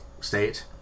State